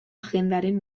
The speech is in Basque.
agendaren